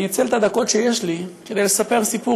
אני אנצל את הדקות שיש לי כדי לספר סיפור